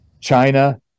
china